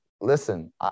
listen